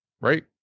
right